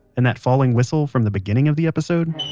and that falling whistle from the beginning of the episode?